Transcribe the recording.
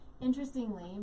interestingly